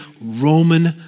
Roman